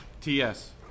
TS